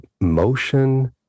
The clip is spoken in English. motion